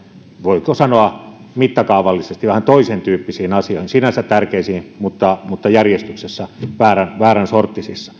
voiko sanoa mittakaavallisesti toisen tyyppisiin asioihin sinänsä tärkeisiin mutta mutta järjestyksessä väärän väärän sorttisiin